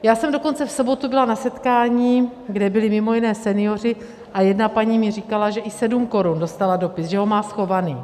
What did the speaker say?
Já jsem dokonce v sobotu byla na setkání, kde byli mimo jiné senioři, a jedna paní mi říkala, že i 7 korun, dostala dopis, že ho má schovaný.